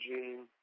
Gene